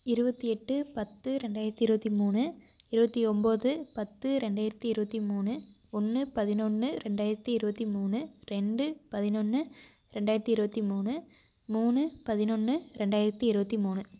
இருபத்தி எட்டு பத்து ரெண்டாயிரத்தி இருபத்தி மூணு இருபத்தி ஒம்பது பத்து ரெண்டாயிரத்தி இருபத்தி மூணு ஒன்று பதினொன்னு ரெண்டாயிரத்தி இருபத்தி மூணு ரெண்டு பதினொன்று ரெண்டாயிரத்தி இருபத்தி மூணு மூணு பதினொன்று ரெண்டாயிரத்தி இருபத்தி மூணு